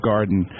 Garden